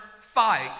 fight